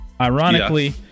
ironically